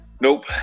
Nope